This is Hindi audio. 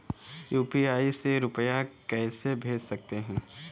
यू.पी.आई से रुपया कैसे भेज सकते हैं?